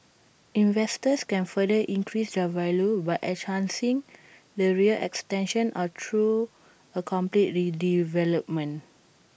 investors can further increase their value by enhancing the rear extension or through A complete redevelopment